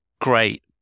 great